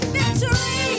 victory